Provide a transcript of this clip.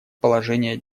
положение